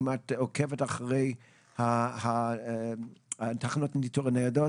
אם את עוקבת אחרי תחנות הניטור הניידות,